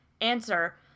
Answer